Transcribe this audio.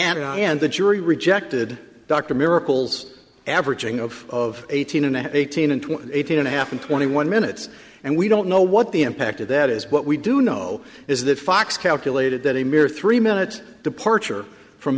i and the jury rejected dr miracles averaging of eighteen and eighteen and twenty eight and a half and twenty one minutes and we don't know what the impact of that is what we do know is that fox calculated that a mere three minute departure from